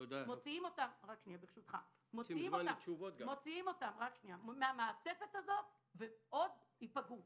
מוציאים אותם מן המעטפת הזאת והם עוד ייפגעו,